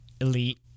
elite